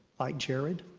like jared,